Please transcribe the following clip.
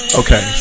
okay